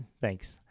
Thanks